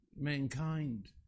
mankind